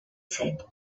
said